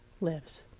lives